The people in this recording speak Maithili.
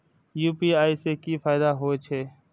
यू.पी.आई से की फायदा हो छे?